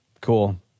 Cool